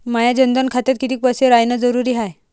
माया जनधन खात्यात कितीक पैसे रायन जरुरी हाय?